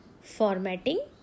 formatting